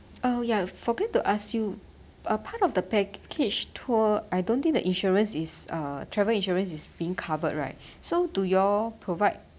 oh ya forget to ask you uh part of the package tour I don't think the insurance is uh travel insurance is being covered right so do you provide